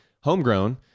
Homegrown